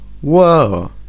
Whoa